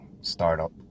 startup